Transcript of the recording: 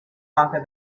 conquer